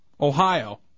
Ohio